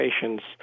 patients